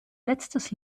letztes